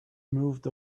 moved